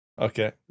Okay